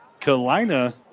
Kalina